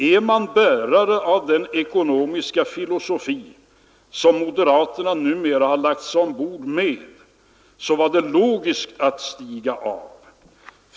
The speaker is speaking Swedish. Är man bärare av den ekonomiska filosofi som moderaterna numera har lagt sig ombord med var det logiskt att stiga av.